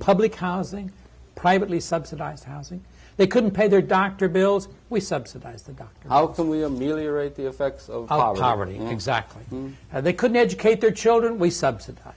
public housing privately subsidized housing they couldn't pay their doctor bills we subsidize the go out fully ameliorate the effects of poverty and exactly how they couldn't educate their children we subsidize